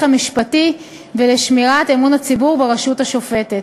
המשפטי ולשמירת אמון הציבור ברשות השופטת.